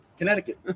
Connecticut